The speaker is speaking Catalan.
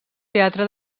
teatre